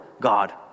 God